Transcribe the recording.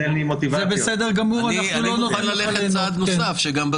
ומייד גם חבר הכנסת קיש יציג את